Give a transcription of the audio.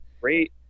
great